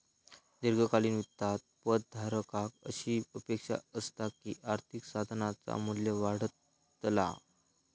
दीर्घकालीन वित्तात पद धारकाक अशी अपेक्षा असता की आर्थिक साधनाचा मू्ल्य वाढतला